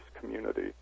community